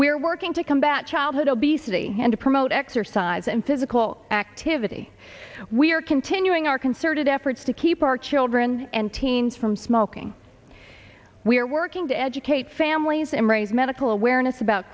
are working to combat childhood obesity and promote exercise and physical activity we are continuing our concerted efforts to keep our children and teens from smoking we are working to educate families and raise medical awareness about